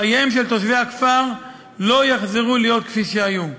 חייהם של תושבי הכפר לא יחזרו להיות כפי שהיו.